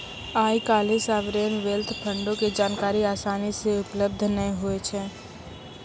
आइ काल्हि sovereign wealth फंडो के जानकारी असानी से उपलब्ध नै होय छै